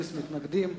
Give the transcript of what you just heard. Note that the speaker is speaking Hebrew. בלי מתנגדים,